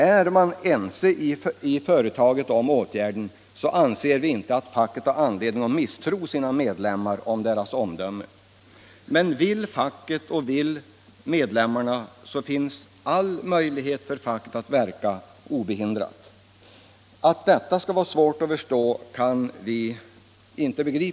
Är man ense i företaget om åtgärden, anser vi inte att facket har anledning att misstro sina medlemmars omdöme. Men om facket och medlemmarna vill det, har facket och dess medlemmar all möjlighet att verka obehindrat och företagarna har om de vill fortsatt förhandlingsskyldighet. Att detta skulle vara svårt att förstå kan vi inte inse.